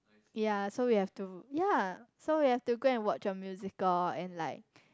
ya so we have to ya so we have to go and watch a musical and like